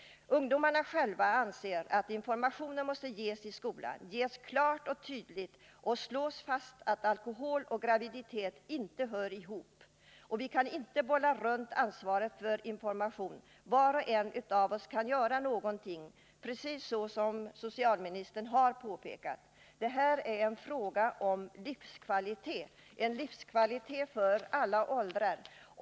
Ungdomarna själva anser att informationen måste ges i skolan och att den där måste vara klar och tydlig. Det måste slås fast att alkohol och graviditet inte hör ihop. Vi kan inte bolla runt ansvaret för informationen. Var och en kan göra någonting, precis såsom socialministern har påpekat. Det här är en fråga om livskvalitet — livskvalitet för alla åldrar.